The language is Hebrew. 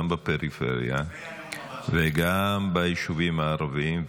גם בפריפריה וגם ביישובים הערביים.